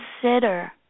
consider